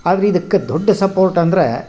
ಆದರೆ ಇದ್ಕೆ ದೊಡ್ಡ ಸಪೋರ್ಟ್ ಅಂದರೆ